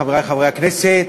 חברי חברי הכנסת,